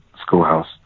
schoolhouse